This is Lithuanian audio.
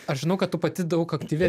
aš žinau kad tu pati daug aktyvi